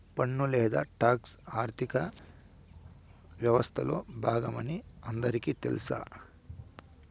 పన్ను లేదా టాక్స్ ఆర్థిక వ్యవస్తలో బాగమని అందరికీ తెల్స